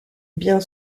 bien